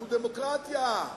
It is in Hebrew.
אנחנו דמוקרטיה,